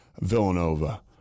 Villanova